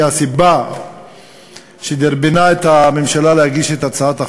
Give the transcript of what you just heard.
הסיבה שדרבנה את הממשלה להגיש את הצעת החוק,